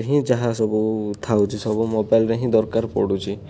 ଏହିଁ ଯାହା ସବୁ ଥାଉଛି ସବୁ ମୋବାଇଲରେ ହିଁ ଦରକାର ପଡ଼ୁଛି